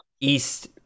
East